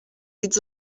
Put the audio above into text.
dits